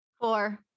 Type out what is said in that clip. Four